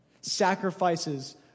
sacrifices